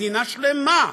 מדינה שלמה,